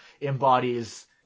embodies